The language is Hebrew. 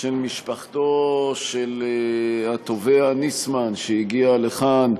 של משפחתו של התובע ניסמן, שהגיעה לכאן,